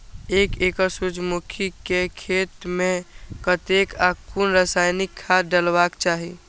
एक एकड़ सूर्यमुखी केय खेत मेय कतेक आ कुन रासायनिक खाद डलबाक चाहि?